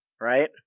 right